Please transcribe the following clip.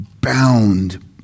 bound